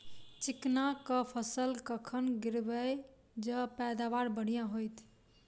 चिकना कऽ फसल कखन गिरैब जँ पैदावार बढ़िया होइत?